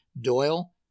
Doyle